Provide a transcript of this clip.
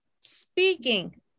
speaking